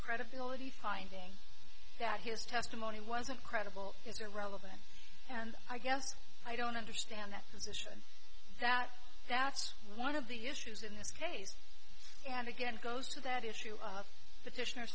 credibility finding that his testimony wasn't credible is irrelevant and i guess i don't understand that position that that's one of the issues in this case and again it goes to that issue